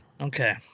okay